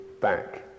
back